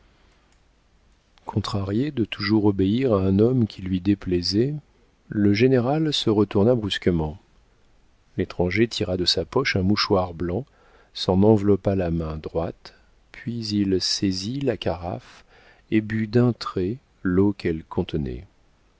contrarié de toujours obéir à un homme qui lui déplaisait le général se tourna brusquement l'étranger tira de sa poche un mouchoir blanc s'en enveloppa la main droite puis il saisit la carafe et but d'un trait l'eau qu'elle contenait